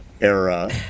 era